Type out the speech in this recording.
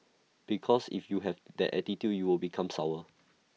because if you have that attitude you will become sour